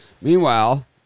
Meanwhile